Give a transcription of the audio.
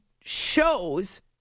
shows